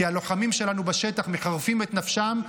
כי הלוחמים שלנו בשטח מחרפים את נפשם,